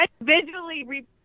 visually